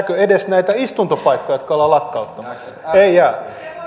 edes näitä istuntopaikkoja kun niitä ollaan lakkauttamassa ei jää ja